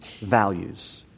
values